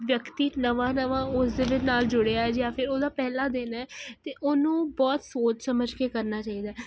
ਵਿਅਕਤੀ ਨਵਾਂ ਨਵਾਂ ਉਸਦੇ ਨਾਲ ਜੁੜਿਆ ਜਾਂ ਫੇਰ ਉਹਦਾ ਪਹਿਲਾ ਦਿਨ ਐ ਤੇ ਉਹਨੂੰ ਬਹੁਤ ਸੋਚ ਸਮਝ ਕੇ ਕਰਨਾ ਚਾਈਦਾ ਐ